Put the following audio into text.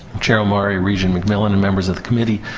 chair omari, regent mcmillan, and members of the committee,